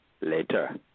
later